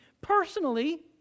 personally